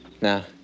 now